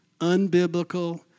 unbiblical